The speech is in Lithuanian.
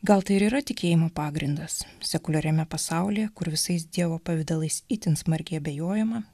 gal tai ir yra tikėjimo pagrindas sekuliariame pasaulyje kur visais dievo pavidalais itin smarkiai abejojama